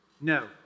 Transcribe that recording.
No